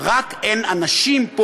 רק אין אנשים פה,